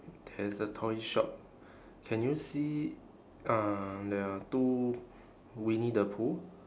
there's a toy shop can you see um there are two winnie the pooh